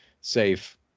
safe